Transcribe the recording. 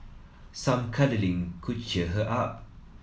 some cuddling could cheer her up